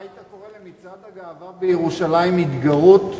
אתה היית קורא למצעד הגאווה בירושלים התגרות?